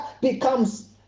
becomes